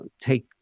take